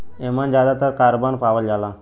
एमन जादातर कारबन पावल जाला